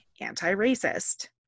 anti-racist